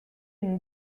une